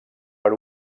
per